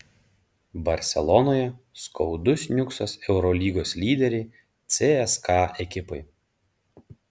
barselonoje skaudus niuksas eurolygos lyderei cska ekipai